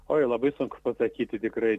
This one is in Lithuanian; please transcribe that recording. oi labai sunku pasakyti tikrai